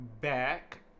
back